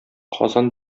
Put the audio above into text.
казан